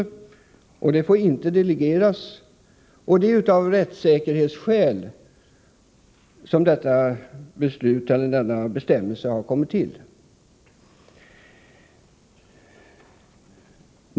Det beslutet får inte delegeras. Det är av rättssäkerhetsskäl som denna bestämmelse har kommit till.